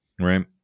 right